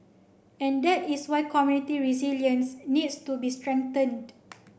and that is why community resilience needs to be strengthened